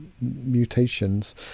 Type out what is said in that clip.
mutations